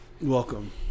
welcome